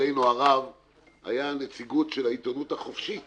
היתה נציגות של העיתונות החופשית